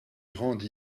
grande